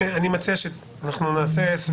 אני חושב שהתעלמות מהענף הזה של חוסר האיזון את